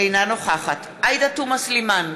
אינה נוכחת עאידה תומא סלימאן,